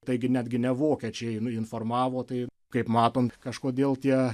taigi netgi ne vokiečiai informavo tai kaip matom kažkodėl tie